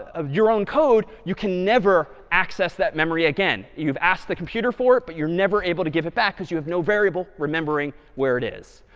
your own code, you can never access that memory again. you've asked the computer for it, but you're never able to give it back because you have no variable remembering where it is.